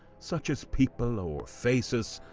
such as people or faces,